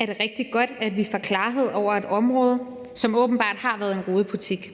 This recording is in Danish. er rigtig godt, at vi får klarhed over et område, som åbenbart har været en rodebutik.